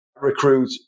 recruit